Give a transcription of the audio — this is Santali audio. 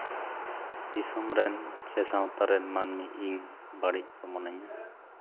ᱫᱤᱥᱚᱢ ᱨᱮᱱ ᱥᱮ ᱥᱟᱶᱛᱟ ᱨᱮᱱ ᱢᱟᱹᱱᱢᱤ ᱤᱧ ᱵᱟᱹᱲᱤᱡ ᱠᱚ ᱢᱚᱱᱤᱧᱟ